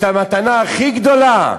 את המתנה הכי גדולה,